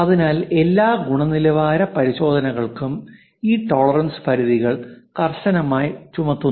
അതിനാൽ എല്ലാ ഗുണനിലവാര പരിശോധനകൾക്കും ഈ ടോളറൻസ് പരിധികൾ കർശനമായി ചുമത്തുന്നു